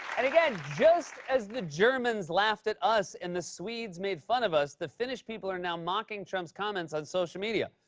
and again, just as the germans laughed at us, and the swedes made fun of us, the finnish people are now mocking trump's comments on social media,